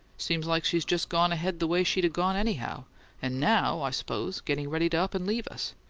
seems like she's just gone ahead the way she'd a gone anyhow and now, i suppose, getting ready to up and leave us!